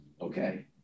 okay